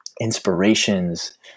inspirations